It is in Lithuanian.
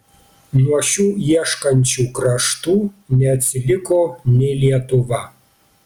nuo šių ieškančių kraštų neatsiliko nė lietuva